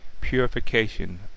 purification